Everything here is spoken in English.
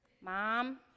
Mom